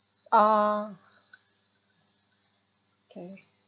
ah okay